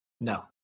No